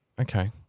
Okay